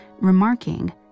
remarking